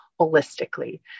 holistically